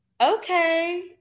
okay